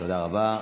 תודה רבה.